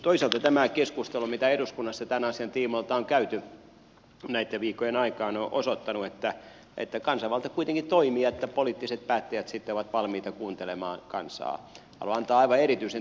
toisaalta tämä keskustelu mitä eduskunnassa tämän asian tiimoilta on käyty näitten viikkojen aikaan on osoittanut että kansanvalta kuitenkin toimii ja että poliittiset päättäjät sitten ovat valmiita kuuntelemaan kansaa